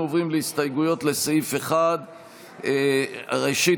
עוברים להסתייגויות לסעיף 1. ראשית,